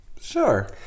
Sure